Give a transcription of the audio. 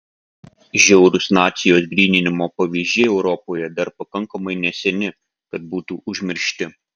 žiaurūs nacijos gryninimo pavyzdžiai europoje dar pakankamai neseni kad būtų užmiršti